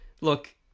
Look